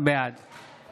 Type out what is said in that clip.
בעד